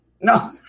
no